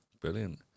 brilliant